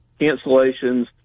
cancellations